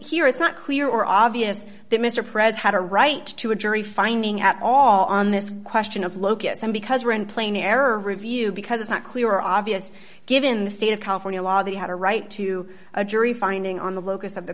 here it's not clear or obvious that mr prez had a right to a jury finding at all on this question of look at some because we're in plain error review because it's not clear obvious given the state of california law they have a right to a jury finding on the